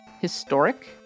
historic